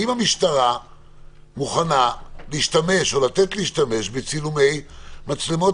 האם המשטרה מוכנה להשתמש או לתת להשתמש בצילומי מצלמות